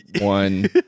one